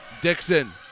Dixon